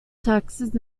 taxes